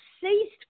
ceased